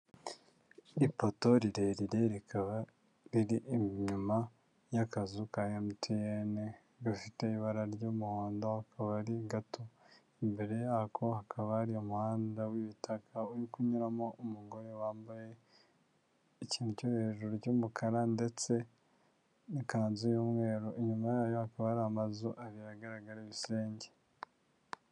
Iri poto rirerire rikaba riri inyuma y'akazu ka mtn, gafite ibara ry'umuhondo akaba ari gato, imbere yako hakaba hari umuhanda w'ibitaka uri kunyuramo umugore wambaye ikintu cyo hejuru cy'umukara ndetse n'ikanzu y'umweru. Inyuma yayo hakaba hari amazu abiri agaragara ibisenge.